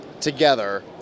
together